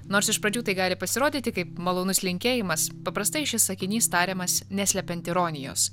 nors iš pradžių tai gali pasirodyti kaip malonus linkėjimas paprastai šis sakinys tariamas neslepiant ironijos